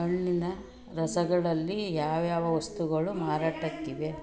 ಹಣ್ಣಿನ ರಸಗಳಲ್ಲಿ ಯಾವ್ಯಾವ ವಸ್ತುಗಳು ಮಾರಾಟಕ್ಕಿವೆ